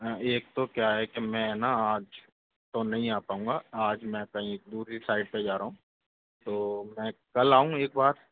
हाँ एक तो क्या है कि मैं ना आज तो नहीं आ पाऊंगा आज मैं कहीं दूसरी साइट पे जा रहा हूँ तो मैं कल आऊं एक बार